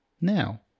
Now